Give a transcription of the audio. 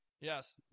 Yes